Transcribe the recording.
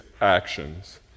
actions